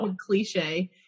Cliche